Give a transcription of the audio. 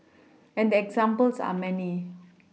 and the examples are many